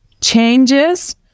changes